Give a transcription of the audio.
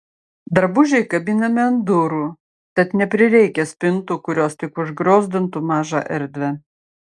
drabužiai kabinami ant durų tad neprireikia spintų kurios tik užgriozdintų mažą erdvę